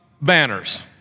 banners